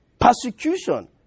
persecution